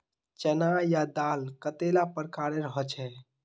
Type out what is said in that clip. चना या दाल कतेला प्रकारेर होचे?